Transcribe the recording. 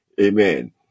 Amen